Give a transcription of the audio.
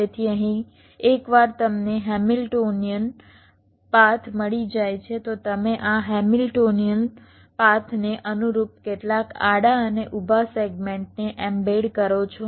તેથી અહીં એકવાર તમને હેમિલ્ટોનિયન પાથ મળી જાય તો તમે આ હેમિલ્ટોનિયન પાથને અનુરૂપ કેટલાક આડા અને ઊભા સેગમેન્ટને એમ્બેડ કરો છો